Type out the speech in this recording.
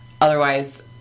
otherwise